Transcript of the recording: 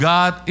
God